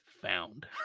found